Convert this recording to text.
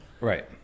Right